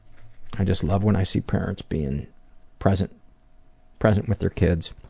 i just love when i see parents being present present with their kids.